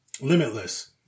Limitless